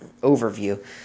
overview